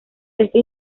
este